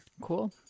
Cool